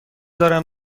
دارم